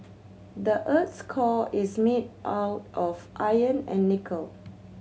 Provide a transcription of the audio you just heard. the earth's core is made all of iron and nickel